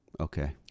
Okay